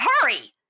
Hurry